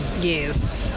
Yes